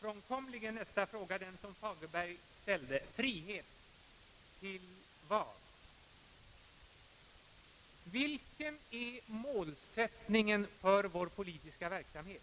ofrånkomligen nästa fråga: Frihet — till vad? Vilken är målsättningen för vår politiska verksamhet?